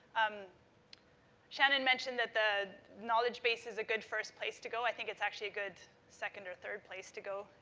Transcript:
um shannon mentioned that the knowledge base is a good first place to go. i think it's actually a good second or third place to go.